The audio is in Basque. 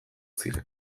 ziren